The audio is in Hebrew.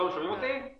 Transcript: אני